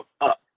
up